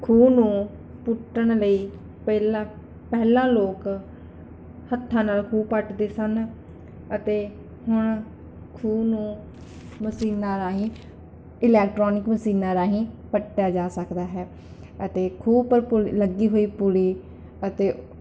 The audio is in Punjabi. ਖੂਹ ਨੂੰ ਪੁੱਟਣ ਲਈ ਪਹਿਲਾਂ ਪਹਿਲਾਂ ਲੋਕ ਹੱਥਾਂ ਨਾਲ ਖੂਹ ਪੱਟਦੇ ਸਨ ਅਤੇ ਹੁਣ ਖੂਹ ਨੂੰ ਮਸ਼ੀਨਾਂ ਰਾਹੀਂ ਇਲੈਕਟਰੋਨਿਕ ਮਸ਼ੀਨਾਂ ਰਾਹੀਂ ਪੱਟਿਆ ਜਾ ਸਕਦਾ ਹੈ ਅਤੇ ਖੂਹ ਪਰ ਲੱਗੀ ਹੋਈ ਪੁਲੀ ਅਤੇ